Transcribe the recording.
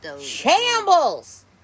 Shambles